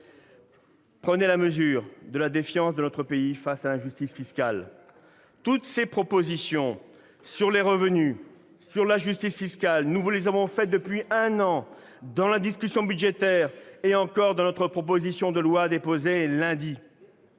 prenez la mesure de la défiance de notre pays face à l'injustice fiscale. Toutes ces propositions, sur les revenus, sur la justice fiscale, nous vous les faisons depuis un an, dans la discussion budgétaire et encore au travers de notre proposition de loi déposée lundi.